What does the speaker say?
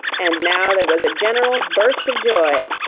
and now there was a general burst of joy